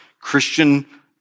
Christian